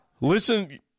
Listen